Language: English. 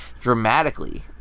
dramatically